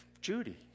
Judy